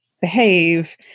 behave